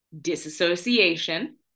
disassociation